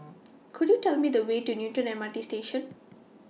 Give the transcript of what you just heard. Could YOU Tell Me The Way to Newton M R T Station